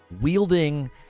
wielding